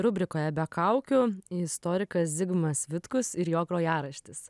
rubrikoje be kaukių istorikas zigmas vitkus ir jo grojaraštis